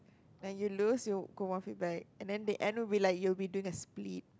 when you lose you will go one feet back and then the end will be like you will be doing a split